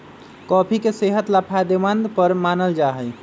coffee के सेहत ला फायदेमंद पर मानल जाहई